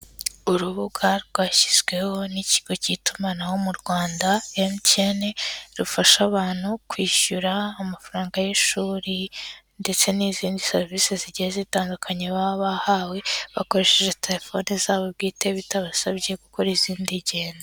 Urubuga rwashyizweho n'ikigo cy'itumanaho mu Rwanda MTN, rufasha abantu kwishyura amafaranga y'ishuri ndetse n'izindi serivisi zigiye zitandukanye baba bahawe, bakoresheje telefone zabo bwite bitabasabye gukora izindi ngendo.